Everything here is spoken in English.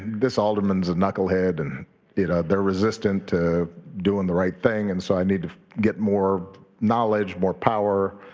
this alderman's a knucklehead and you know they're resistant to doing the right thing. and so i need to get more knowledge, more power,